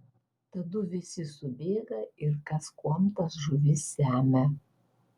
tadu visi subėga ir kas kuom tas žuvis semia